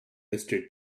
mister